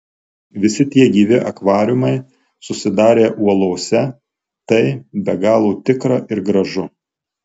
visi tie gyvi akvariumai susidarę uolose tai be galo tikra ir gražu